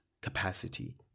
capacity